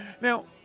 Now